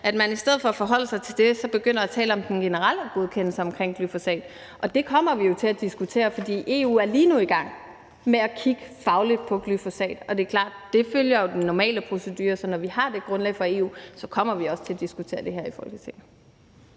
et sikkerhedsnet ud i forhold til vores grundvand, begynder at tale om den generelle godkendelse af glyfosat. Det kommer vi jo til at diskutere, fordi EU lige nu er i gang med at kigge fagligt på glyfosat, og det er klart, at det jo følger den normale procedure. Så når vi har det grundlag fra EU, kommer vi også til at diskutere det her i Folketinget.